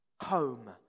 home